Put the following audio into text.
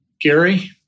Gary